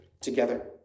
together